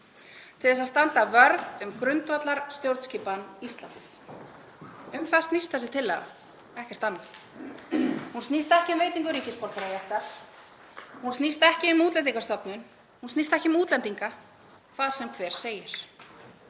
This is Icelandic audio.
til að standa vörð um grundvallarstjórnskipan Íslands. Um það snýst þessi tillaga, ekkert annað. Hún snýst ekki um veitingu ríkisborgararéttar, hún snýst ekki um Útlendingastofnun, hún snýst ekki um útlendinga, hvað sem hver segir.